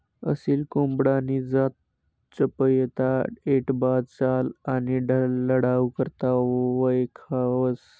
असील कोंबडानी जात चपयता, ऐटबाज चाल आणि लढाऊ करता वयखावंस